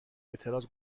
اعتراض